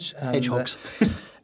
Hedgehogs